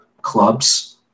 clubs